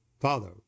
Father